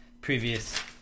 previous